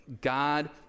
God